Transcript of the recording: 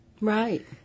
Right